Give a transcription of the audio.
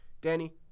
Danny